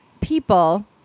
people